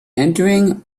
entering